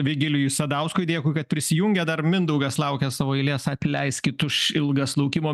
vigilijui sadauskui dėkui kad prisijungė dar mindaugas laukia savo eilės atleiskit už ilgas laukimo